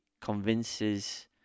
convinces